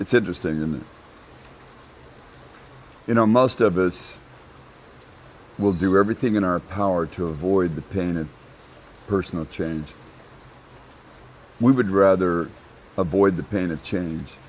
it's interesting that you know most of us will do everything in our power to avoid the pain of personal change we would rather avoid the pain of change